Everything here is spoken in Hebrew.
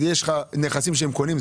יש לך נכסים שהם קונים.